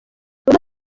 wema